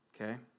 okay